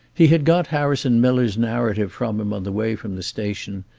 he had got harrison miller's narrative from him on the way from the station,